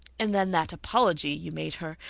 and then that apology you made her.